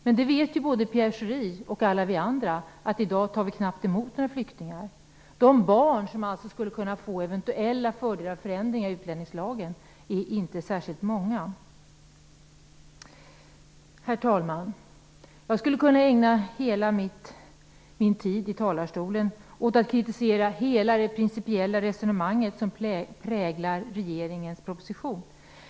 Men både Pierre Schori och alla vi andra vet ju att vi i dag knappt tar emot några flyktingar. De barn som skulle kunna få eventuella fördelar av förändringarna i utlänningslagen är inte särskilt många. Herr talman! Jag skulle kunna ägna hela min tid i talarstolen åt att kritisera hela det principiella resonemang som präglar regeringens proposition.